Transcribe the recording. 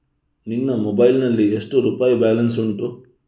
ನಿನ್ನ ಮೊಬೈಲ್ ನಲ್ಲಿ ಎಷ್ಟು ರುಪಾಯಿ ಬ್ಯಾಲೆನ್ಸ್ ಉಂಟು?